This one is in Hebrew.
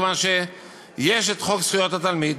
מכיוון שיש חוק זכויות התלמיד,